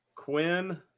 Quinn